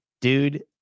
Dude